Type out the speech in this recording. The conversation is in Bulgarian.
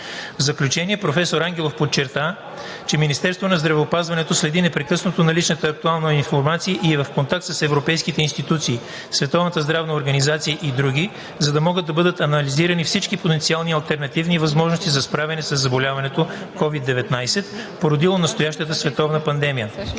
В заключение, професор Ангелов подчерта, че Министерството на здравеопазването следи непрекъснато наличната актуална информация и е в контакт с европейските институции, Световната здравна организация и други, за да могат да бъдат анализирани всички потенциални алтернативни възможности за справяне със заболяването COVID-19, породило настоящата световна пандемия.